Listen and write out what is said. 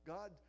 God